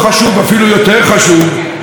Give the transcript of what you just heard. על הממשלה להעלות על סדר-יומה,